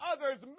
others